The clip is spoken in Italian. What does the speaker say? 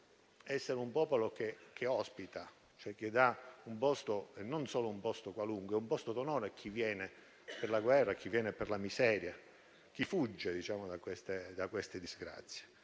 essere un popolo che ospita, cioè che dà un posto e non solo un posto qualunque, ma un posto d'onore a chi viene per la guerra, a chi viene per la miseria, a chi fugge da queste disgrazie.